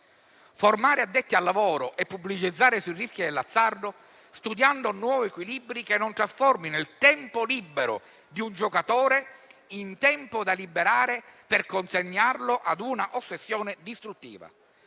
formare addetti ai lavori e pubblicizzare il rischio dell'azzardo, studiando nuovi equilibri, che non trasformino il tempo libero di un giocatore in tempo da liberare per consegnarlo ad una ossessione distruttiva.